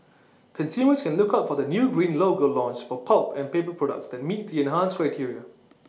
consumers can look out for the new green logo launched for pulp and paper products that meet the enhanced criteria